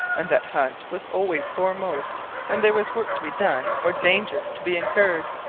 and that hunt was always foremost when there was work to be done or danger to be incurred.